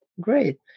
Great